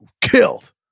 killed